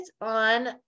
on